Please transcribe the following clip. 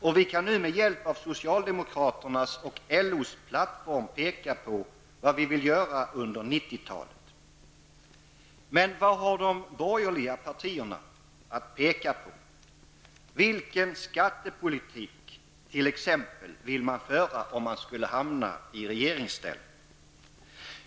Och vi kan nu med hjälp av socialdemokraternas och LOs plattform peka på vad vi vill göra under 90-talet. Men vad har de borgerliga partierna att peka på? Vilken skattepolitik t.ex. vill man föra, om man skulle hamna i regeringsställning?